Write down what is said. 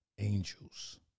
Angels